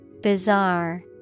Bizarre